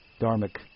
dharmic